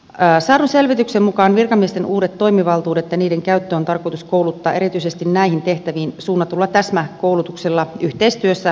saadun selvityksen mukaan virkamiesten uudet toimivaltuudet ja niiden käyttö on tarkoitus kouluttaa erityisesti näihin tehtäviin suunnatulla täsmäkoulutuksella yhteistyössä poliisin kanssa